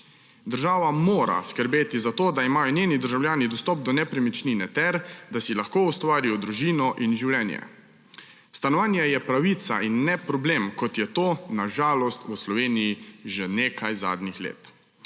Država mora skrbeti za to, da imajo njeni državljani dostop do nepremičnine ter da si lahko ustvarijo družino in življenje. Stanovanje je pravica in ne problem, kot je to na žalost v Sloveniji že nekaj zadnjih let.